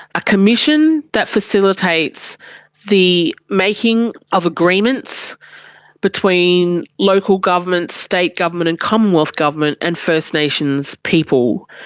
a commission that facilitates the making of agreements between local government, state government and commonwealth government and first nations people.